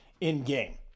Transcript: in-game